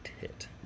hit